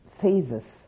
phases